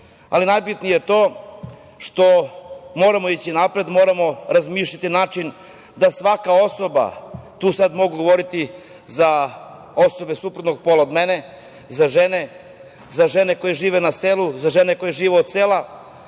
Najbitnije je to što moramo ići napred. Moramo razmišljati na način da svaka osoba, tu sada mogu govoriti za osobe suprotnog pola od mene, za žene, za žene koje žive na selu, za žene koje žive od sela,